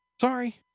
sorry